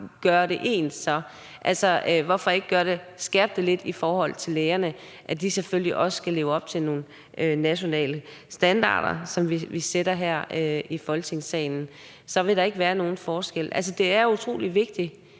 gøre det ens, altså hvorfor ikke skærpe det lidt i forhold til lægerne, så de selvfølgelig også skal leve op til nogle nationale standarder, som vi sætter her i Folketingssalen? Så ville der ikke være nogen forskel. Altså, det er utrolig vigtigt,